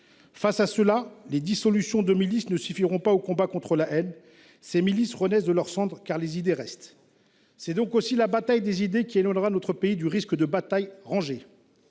ce danger. Les dissolutions de milices ne suffiront pas au combat contre la haine. Ces milices renaissent de leurs cendres, car les idées restent. C’est donc aussi la bataille des idées qui éloignera notre pays du risque de batailles rangées.